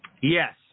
yes